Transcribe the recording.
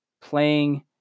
playing